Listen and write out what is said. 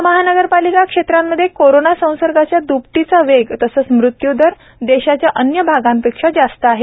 या महानगरपालिका क्षेत्रांमध्ये कोरोना संसर्गाच्या द्पटीचा वेग तसंच मृत्यू दर देशाच्या अन्य भागापेक्षा जास्त आहे